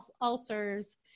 ulcers